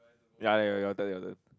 ya ya ya your turn your turn